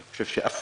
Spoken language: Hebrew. אני חושב שאף